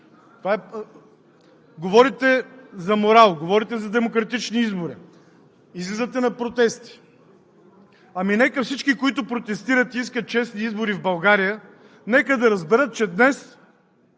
Говорите за морал, говорите за демократични избори, излизате на протести. Ами нека всички, които протестират и искат честни избори в България, да разберат, че днес